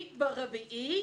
מלווה.